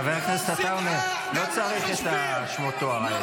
חבר הכנסת עטאונה, לא צריך את שמות התואר האלה.